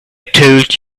told